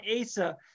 Asa